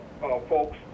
folks